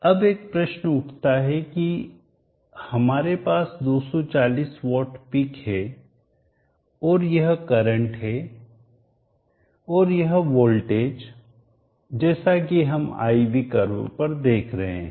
अब एक प्रश्न उठता है की हमारे पास 240 वोट पिक है और यह करंट है और यह वोल्टेज जैसा कि हम I V कर्व पर देख रहे हैं